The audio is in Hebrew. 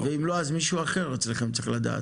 ואם לא אז מישהו אחר צריך לדעת.